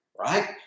right